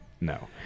No